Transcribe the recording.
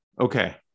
Okay